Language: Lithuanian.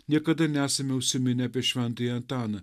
niekada nesame užsiminę apie šventąjį antaną